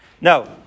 No